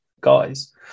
guys